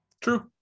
True